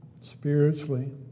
spiritually